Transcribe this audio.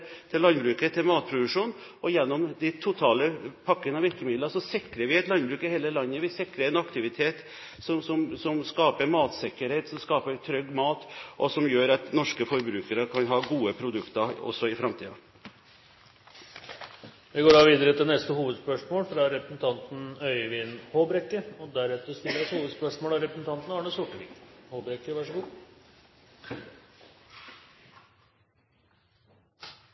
landbruket og til matproduksjon. Gjennom de totale pakkene og virkemidlene sikrer vi et landbruk i hele landet, vi sikrer en aktivitet som skaper matsikkerhet og skaper trygg mat, og som gjør at norske forbrukere kan ha gode produkter også i framtiden. Vi går videre til neste hovedspørsmål. Spørsmålet går til kulturministeren. I ettermiddag skal tusenvis av